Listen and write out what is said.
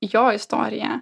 jo istorija